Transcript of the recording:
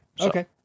Okay